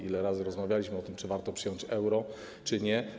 Ile razy rozmawialiśmy o tym, czy warto przyjąć euro, czy nie.